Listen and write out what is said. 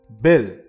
Bill